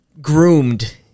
groomed